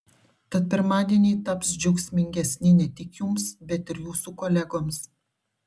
tad pirmadieniai taps džiaugsmingesni ne tik jums bet ir jūsų kolegoms